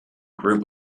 group